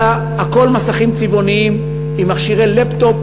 אלא הכול מסכים צבעוניים עם מכשירי לפ-טופ